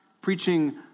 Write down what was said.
preaching